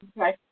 Okay